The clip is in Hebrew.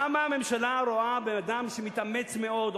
למה הממשלה רואה בן-אדם שמתאמץ מאוד,